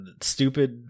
stupid